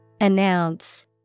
Announce